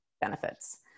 benefits